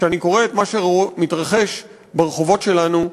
כשאני קורא את מה שמתרחש ברחובות שלנו,